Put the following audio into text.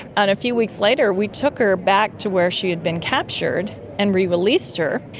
and a few weeks later we took her back to where she had been captured and rereleased her.